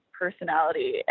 personality